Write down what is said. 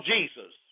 Jesus